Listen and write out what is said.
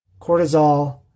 cortisol